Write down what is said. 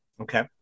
Okay